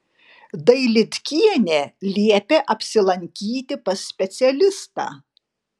dailydkienė liepė apsilankyti pas specialistą